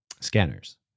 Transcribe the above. *Scanners*